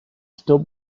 still